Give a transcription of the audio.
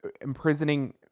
imprisoning